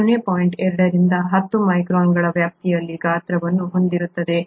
2 ರಿಂದ 10 ಮೈಕ್ರಾನ್ಗಳ ವ್ಯಾಪ್ತಿಯಲ್ಲಿ ಗಾತ್ರವನ್ನು ಹೊಂದಿರುತ್ತವೆ